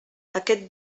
aquest